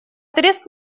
треск